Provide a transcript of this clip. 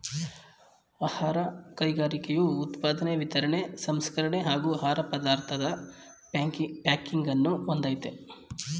ಆಹಾರ ಕೈಗಾರಿಕೆಯು ಉತ್ಪಾದನೆ ವಿತರಣೆ ಸಂಸ್ಕರಣೆ ಹಾಗೂ ಆಹಾರ ಪದಾರ್ಥದ್ ಪ್ಯಾಕಿಂಗನ್ನು ಹೊಂದಯ್ತೆ